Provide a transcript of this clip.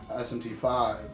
smt5